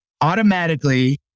automatically